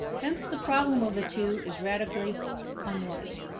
hence the problem of the two is radically unlike.